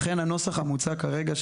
לכן הנוסח המוצע כרגע,